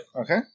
Okay